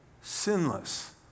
sinless